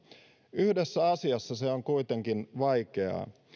yhdessä asiassa se on kuitenkin vaikeaa